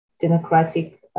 democratic